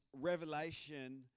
revelation